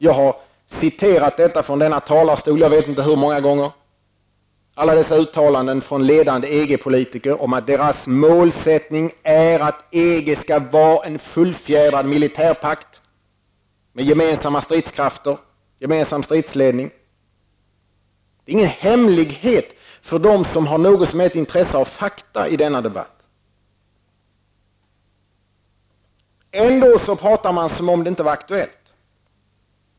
Jag har från denna talarstol -- jag vet inte hur många gånger -- citerat alla dessa uttalanden från ledande EG-politiker om att deras målsättning är att EG skall vara en fullfjädrad militärpakt, med gemensamma stridskrafter och gemensam stridsledning. Det är ingen hemlighet för dem som har något så när intresse av fakta i denna debatt. Ändå pratar man som om det inte var aktuellt.